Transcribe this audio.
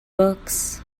books